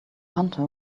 hunter